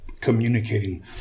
communicating